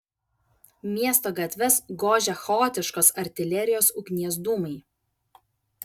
miesto gatves gožė chaotiškos artilerijos ugnies dūmai